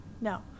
No